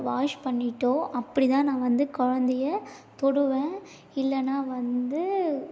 wash பண்ணிட்டோ அப்படிதான் நான் வந்து குலந்தைய தொடுவேன் இல்லைனா வந்து